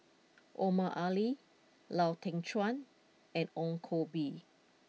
Omar Ali Lau Teng Chuan and Ong Koh Bee